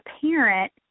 parent